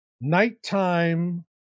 nighttime